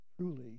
Truly